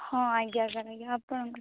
ହଁ ଆଜ୍ଞା ସାର୍ ଆଜ୍ଞା ଆପଣଙ୍କ